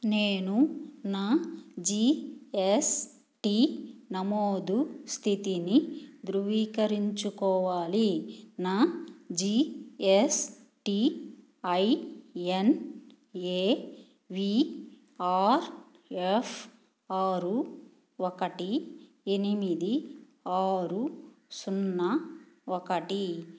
నేను నా జీఎస్టీ నమోదు స్థితిని ధృవీకరించుకోవాలి నా GST IN A V R F ఆరు ఒకటి ఎనిమిది ఆరు సున్నా ఒకటి